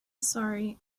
sorry